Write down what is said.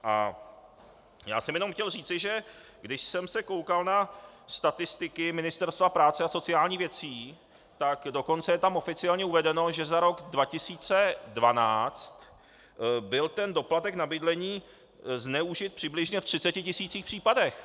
A já jsem jenom chtěl říci, že když jsem se koukal na statistiky Ministerstva práce a sociálních věcí, tak dokonce je tam oficiálně uvedeno, že za rok 2012 byl ten doplatek na bydlení zneužit přibližně v 30 tisících případech.